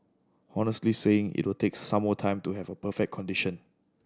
honestly saying it will take some more time to have a perfect condition